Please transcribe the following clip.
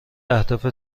اهداف